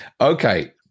Okay